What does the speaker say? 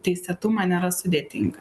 teisėtumą nėra sudėtinga